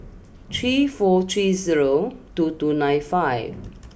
three four three zero two two nine five